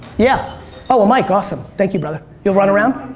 yeah oh a mic, awesome. thank you brother. you'll run around?